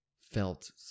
felt